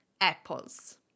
apples